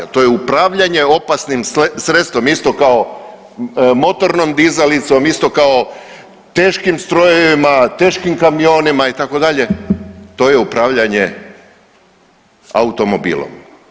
To je upravljanje opasnim sredstvom isto kao motornom dizalicom, isto kao teškim strojevima, teškim kamionima itd., to je upravljanje automobilom.